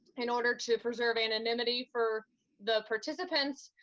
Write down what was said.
in order to preserve anonymity for the participants,